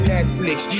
Netflix